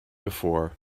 before